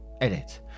Edit